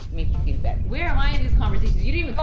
makes feel better. where am i in these conversations? you didn't